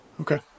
Okay